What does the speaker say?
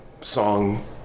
song